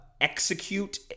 execute